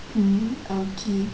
hmm oh okay